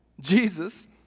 Jesus